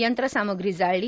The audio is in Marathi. यंत्रसामग्री जाळली